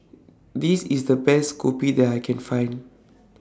This IS The Best Kopi that I Can Find